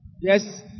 Yes